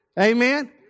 Amen